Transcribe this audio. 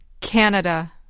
Canada